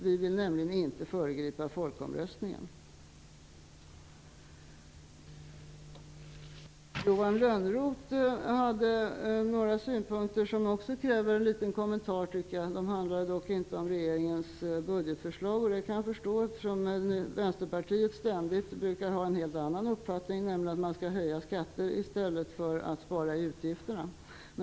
Vi vill nämligen inte föregripa folkomröstningen. Johan Lönnroth hade några synpunkter som också kräver en kommentar. De handlade dock inte om regeringens budgetförslag. Det kan jag förstå. Vänsterpartiet brukar ständigt ha en helt annan uppfattning, nämligen att man skall höja skatter i stället för att spara i utgifterna.